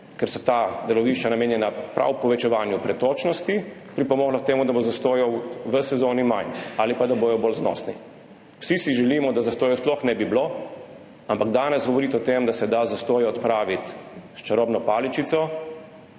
ker so ta delovišča namenjena prav povečevanju pretočnosti, pripomoglo k temu, da bo zastojev v sezoni manj ali pa da bodo bolj znosni. Vsi si želimo, da zastojev sploh ne bi bilo, ampak danes govoriti o tem, da se da zastoje odpraviti s čarobno paličico,